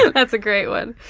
that's a great one.